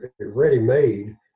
ready-made